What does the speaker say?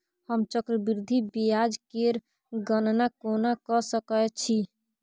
हम चक्रबृद्धि ब्याज केर गणना कोना क सकै छी